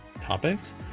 topics